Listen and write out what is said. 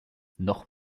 noch